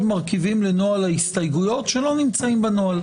מרכיבים לנוהל ההסתייגויות שלא נמצאים בנוהל.